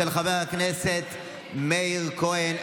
של חבר הכנסת מאיר כהן.